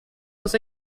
was